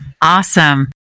Awesome